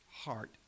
heart